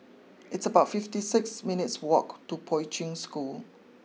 it's about fifty six minutes' walk to Poi Ching School